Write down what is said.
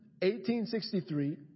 1863